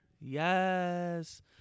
Yes